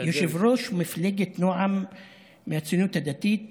יושב-ראש מפלגת נעם מהציונות הדתית אומר: